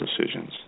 decisions